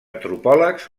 antropòlegs